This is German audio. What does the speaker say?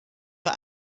für